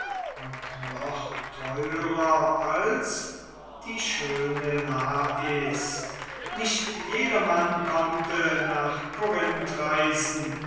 und noch teurer als die schöne lais nicht jedermann konnte nach korinth reisen